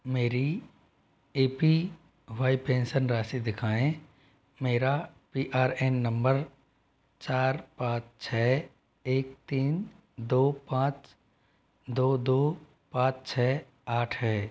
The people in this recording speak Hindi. मेरी ए पी वाई पेंशन राशि दिखाएँ मेरा पी आर ए एन नम्बर चार पाँच छह एक तीन दो पाँच दो दो पाँच छः आठ है